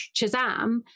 Chazam